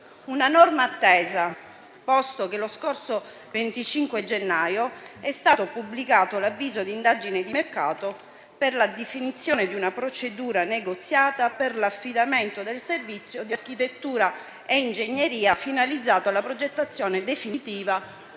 una norma attesa, posto che lo scorso 25 gennaio è stato pubblicato l'avviso d'indagine di mercato per la definizione di una procedura negoziata per l'affidamento del servizio di architettura e ingegneria, finalizzato alla progettazione definitiva